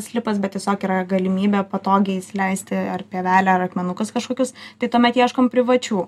slipas bet tiesiog yra galimybė patogiai įsileisti ar pievele ar akmenukus kažkokius tai tuomet ieškom privačių